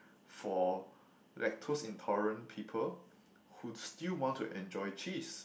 for lactose intolerant people who still want to enjoy cheese